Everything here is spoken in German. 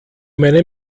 meine